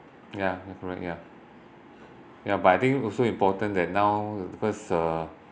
ya correct ya ya but I think also important that now because uh